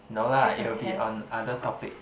no lah it will be on other topic